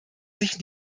sich